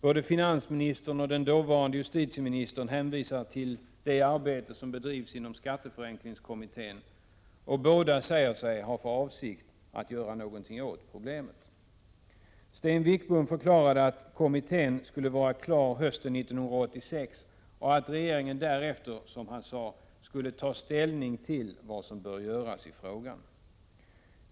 Både finansministern och den dåvarande justitieministern hänvisar till det arbete som bedrivs inom skatteförenklingskommittén. Och båda säger sig ha för avsikt att göra någonting åt problemet. Sten Wickbom förklarade att kommittén skulle vara klar med sitt arbete hösten 1986 och att regeringen därefter, som han sade, skulle ta ställning till vad som bör göras i frågan.